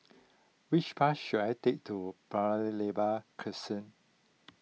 which bus should I take to Paya Lebar